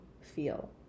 feel